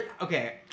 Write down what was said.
Okay